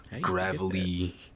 gravelly